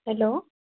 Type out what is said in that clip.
hello